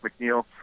McNeil